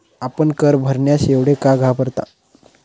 आपण कर भरण्यास एवढे का घाबरता?